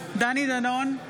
בעד דני דנון,